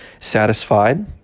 satisfied